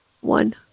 one